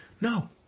no